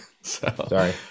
sorry